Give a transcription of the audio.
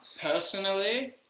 Personally